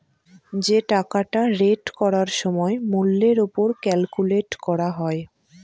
যে টাকাটা রেট করার সময় মূল্যের ওপর ক্যালকুলেট করা হয়